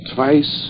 Twice